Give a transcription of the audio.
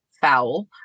foul